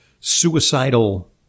suicidal